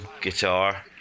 guitar